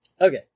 Okay